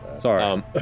Sorry